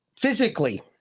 physically